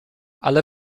ale